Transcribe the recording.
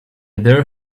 dare